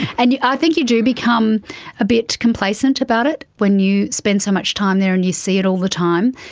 and i think you do become a bit complacent about it when you spend so much time there and you see it all the time.